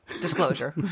Disclosure